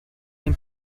den